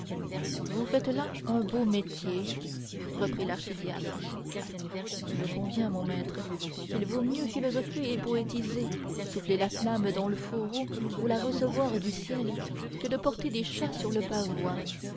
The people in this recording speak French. vous faites là un beau métier reprit l'archidiacre je conviens mon maître qu'il vaut mieux philosopher et poétiser souffler la flamme dans le fourneau ou la recevoir du ciel que de porter des chats sur le pavois